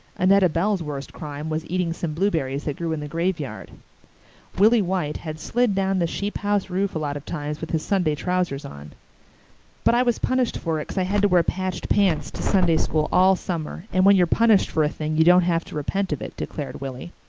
annetta bell's worst crime was eating some blueberries that grew in the graveyard willie white had slid down the sheephouse roof a lot of times with his sunday trousers on but i was punished for it cause i had to wear patched pants to sunday school all summer, and when you're punished for a thing you don't have to repent of it declared willie.